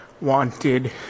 wanted